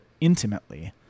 intimately